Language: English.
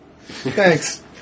Thanks